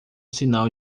sinal